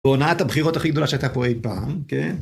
בונה את הבחירות הכי גדולה שהייתה פה אי פעם, כן?